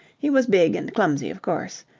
he was big and clumsy, of course.